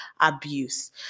abuse